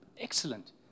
Excellent